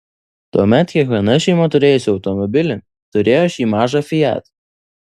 tuomet kiekviena šeima turėjusi automobilį turėjo šį mažą fiat